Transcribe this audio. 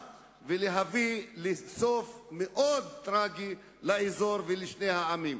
ולהביא לסוף מאוד טרגי לאזור ולשני העמים.